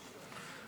סגלוביץ'.